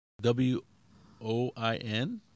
W-O-I-N